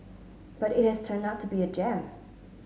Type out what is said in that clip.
but it has turned out to be a gem